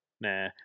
nah